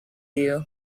you